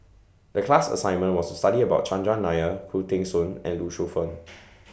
The class assignment was to study about Chandran Nair Khoo Teng Soon and Lee Shu Fen